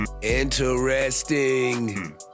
Interesting